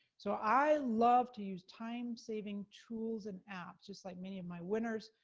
so i love to use time-saving tools and apps, just like many of my winners.